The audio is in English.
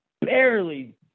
barely